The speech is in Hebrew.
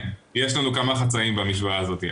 כן, יש לנו כמה חצאים במשוואה הזאת.